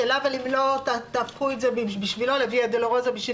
השאלה אם לא תהפכו את זה בשבילו ל-ויה דלרוזה .